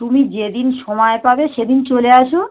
তুমি যেদিন সময় পাবে সেদিন চলে আসো